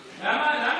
לצחוק.